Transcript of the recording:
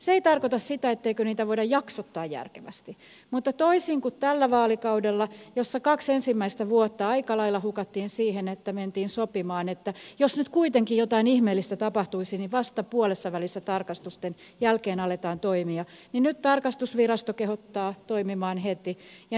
se ei tarkoita sitä etteikö niitä voida jaksottaa järkevästi mutta toisin kuin tällä vaalikaudella jolla kaksi ensimmäistä vuotta aika lailla hukattiin siihen että mentiin sopimaan että jos nyt kuitenkin jotain ihmeellistä tapahtuisi niin vasta puolessavälissä tarkastusten jälkeen aletaan toimia nyt tarkastusvirasto kehottaa toimimaan heti